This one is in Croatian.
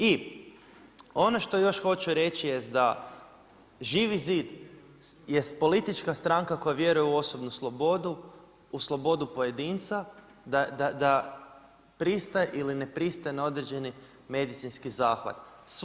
I ono što još hoću reći jest da Živi zid jest politička stranka koja vjeruje u osobnu slobodu, u slobodu pojedinca da pristaje ili ne pristaje na određeni medicinski zahvat.